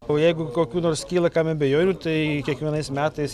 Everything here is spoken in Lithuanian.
o jeigu kokių nors kyla kam abejonių tai kiekvienais metais